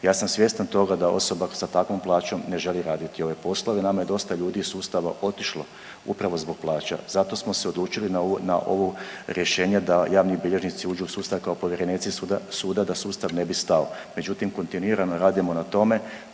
Ja sam svjestan toga da osoba sa takvom plaćom ne želi raditi ove poslove, nama je dosta ljudi iz sustava otišlo upravo zbog plaća. Zato smo se odlučili na ovo rješenje da javni bilježnici uđu u sustav kao povjerenici suda da sustav ne bi stao. Međutim, kontinuirano radimo na tome